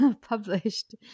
published